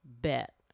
Bet